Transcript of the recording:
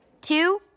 two